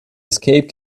escape